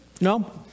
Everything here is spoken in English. No